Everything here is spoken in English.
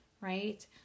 right